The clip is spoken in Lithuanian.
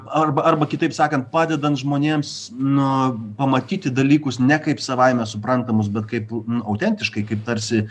arba arba kitaip sakant padedant žmonėms nu pamatyti dalykus ne kaip savaime suprantamus bet kaip autentiškai kaip tarsi